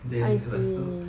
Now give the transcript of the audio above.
then lepas tu